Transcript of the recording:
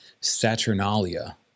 Saturnalia